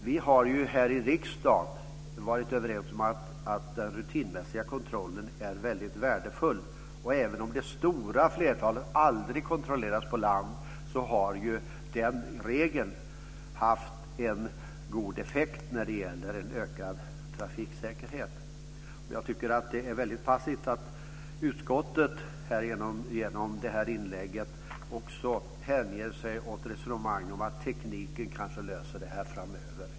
Vi har ju här i riksdagen varit överens om att den rutinmässiga kontrollen är väldigt värdefull, och även om det stora flertalet aldrig kontrolleras på land har den regeln haft en god effekt när det gäller en ökad trafiksäkerhet. Jag tycker att det är väldigt passivt att utskottet genom det här inlägget också hänger sig åt resonemang om att tekniken kanske löser det här framöver.